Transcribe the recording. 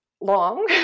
long